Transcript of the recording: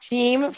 Team